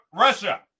Russia